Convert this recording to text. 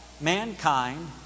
mankind